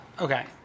Okay